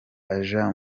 aja